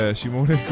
simone